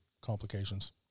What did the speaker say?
complications